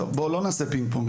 טוב, בוא לא נעשה פינג-פונג.